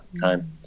time